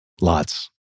Lots